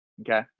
Okay